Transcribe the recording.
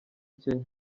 kenya